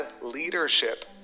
leadership